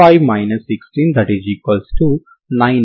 కేవలం B2 4AC25 169 ని చూడండి